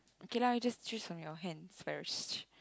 okay lah we just choose on your hand first